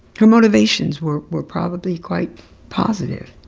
her motivations were were probably quite positive,